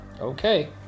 Okay